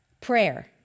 Prayer